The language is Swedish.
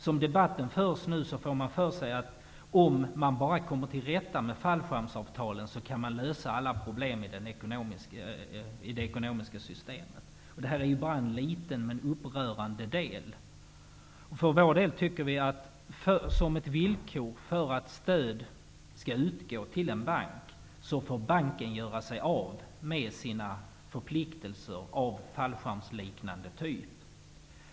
Som debatten förs nu kan man få för sig, att om man bara kommer till rätta med fallskärmsavtalen kan alla problem lösas i det ekonomiska systemet. Men det här är bara en liten, men upprörande, del. Vi tycker att som villkor för att stöd skall utgå till en bank, får banken göra sig av med förpliktelser i form av fallskärmsavtal e.d.